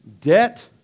debt